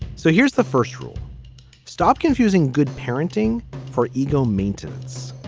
so here's the first rule stop confusing good parenting for ego maintenance.